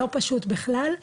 לא פשוט בכלל,